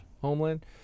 Homeland